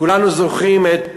כולנו זוכרים את